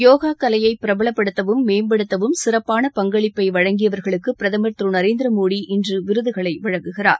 யோகா கலையை பிரபலப்படுத்தவும் மேம்படுத்தவும் சிறப்பாள பங்களிப்பை வழங்கியவர்களுக்கு பிரதமர் திரு நரேந்திர மோடி இன்று விருதுகளை வழங்குகிறார்